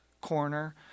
corner